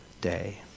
day